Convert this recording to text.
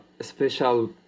special